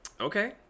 Okay